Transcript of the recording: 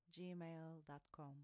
gmail.com